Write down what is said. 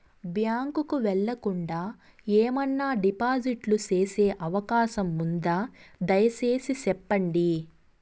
Bank కు వెళ్లకుండా, ఏమన్నా డిపాజిట్లు సేసే అవకాశం ఉందా, దయసేసి సెప్పండి?